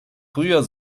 früher